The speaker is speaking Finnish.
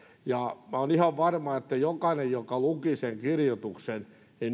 minä olen ihan varma että jokainen joka luki sen kirjoituksen